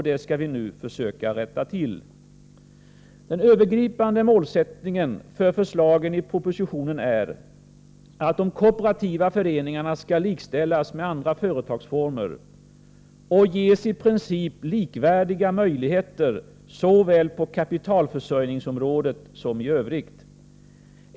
Det skall vi nu försöka rätta till. Den övergripande målsättningen för förslagen i propositionen är att de kooperativa föreningarna skall likställas med andra företagsformer och ges i princip likvärdiga möjligheter såväl på kapitalförsörjningsområdet som i övrigt.